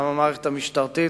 גם המערכת המשטרתית,